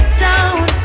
sound